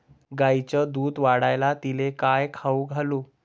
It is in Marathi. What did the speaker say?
गायीचं दुध वाढवायले तिले काय खाऊ घालू?